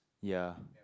ya